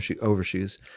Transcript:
overshoes